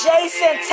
Jason